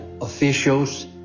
officials